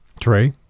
Trey